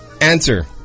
Answer